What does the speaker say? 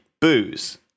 booze